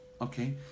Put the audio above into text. Okay